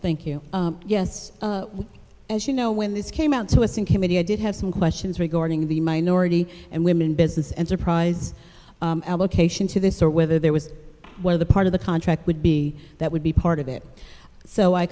thank you yes as you know when this came out to us in committee i did have some questions regarding the minority and women business enterprise application to this or whether there was one of the part of the contract would be that would be part of it so i